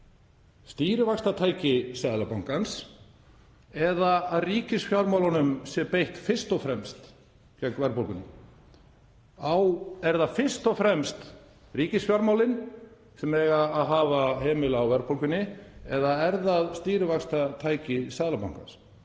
stýrivaxtatæki Seðlabankans eða að ríkisfjármálunum sé beitt fyrst og fremst gegn verðbólgunni. Eru það fyrst og fremst ríkisfjármálin sem eiga að hafa hemil á verðbólgunni eða er það stýrivaxtatæki Seðlabankans?